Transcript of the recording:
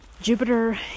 Jupiter